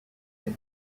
and